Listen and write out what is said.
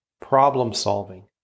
problem-solving